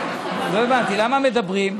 מבקש, לא הבנתי, למה מדברים?